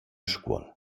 scuol